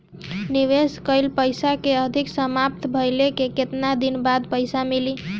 निवेश कइल पइसा के अवधि समाप्त भइले के केतना दिन बाद पइसा मिली?